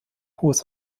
hohes